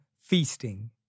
feasting